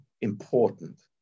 important